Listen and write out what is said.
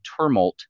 turmoil